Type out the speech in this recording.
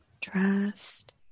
trust